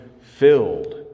filled